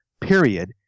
period